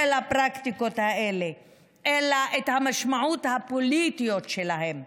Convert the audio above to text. הפרקטיקות אלא את המשמעויות הפוליטיות שלהן.